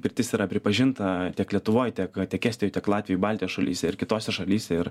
pirtis yra pripažinta tiek lietuvoj tiek tiek estijoj tiek latvijoi baltijos šalyse ir kitose šalyse ir